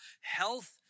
health